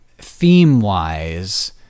Theme-wise